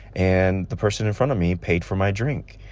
and the person in front of me paid for my drink.